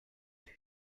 too